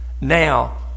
now